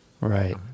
Right